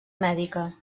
mèdica